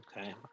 Okay